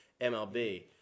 MLB